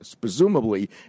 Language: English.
presumably